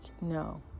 no